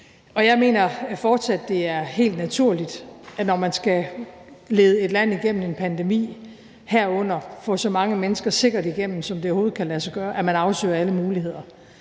Jeg mener fortsat, at det er helt naturligt, at når man skal lede et land igennem en pandemi, herunder få så mange mennesker sikkert igennem, som det overhovedet kan lade sig gøre, afsøger man alle muligheder.